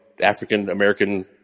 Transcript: African-American